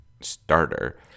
starter